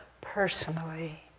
personally